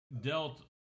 dealt